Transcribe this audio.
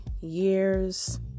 years